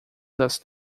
das